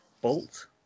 Bolt